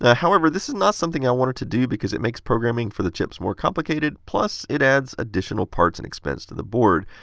however, this is not something i wanted to do because it makes programming for the chips more complicated, plus it adds additional parts and expense to the board.